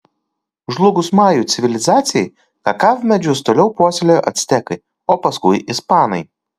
žlugus majų civilizacijai kakavmedžius toliau puoselėjo actekai o paskui ispanai